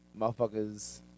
Motherfuckers